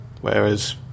whereas